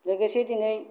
लोगोसे दिनै